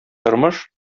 тормыш